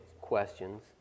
questions